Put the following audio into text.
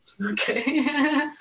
Okay